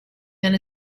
than